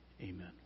Amen